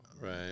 Right